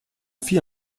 fit